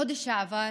החודש שעבר